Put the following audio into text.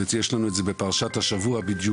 ולדעתי יש לנו את זה בפרשת השבוע בדיוק,